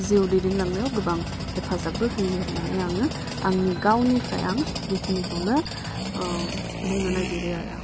जिउ दैदेनलांनायाव गोबां हेफाजाबबो होयो होनानै आङो आंनि गावनिफ्राय आं बेखिनिखौनो बुंनो नागिरो आरो